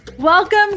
Welcome